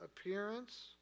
appearance